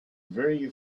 very